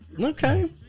Okay